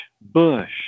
Bush